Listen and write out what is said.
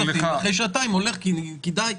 אחרי שעתיים הוא הולך כי די.